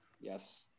Yes